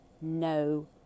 no